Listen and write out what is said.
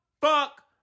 Fuck